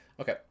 Okay